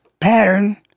pattern